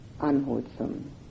unwholesome